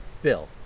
Bill